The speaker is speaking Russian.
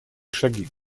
шаги